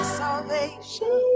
salvation